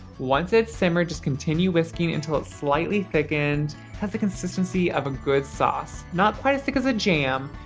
once it's simmered, just continue whisking until it's slightly thickened and has the consistency of a good sauce. not quite as thick as a jam,